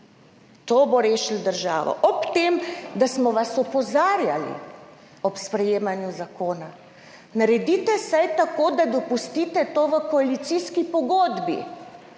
To bo rešilo državo. Ob tem, da smo vas opozarjali ob sprejemanju zakona, naredite vsaj tako, da dopustite to v koalicijski pogodbi